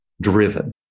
driven